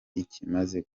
ikimaze